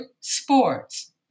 sports